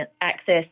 access